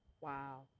Wow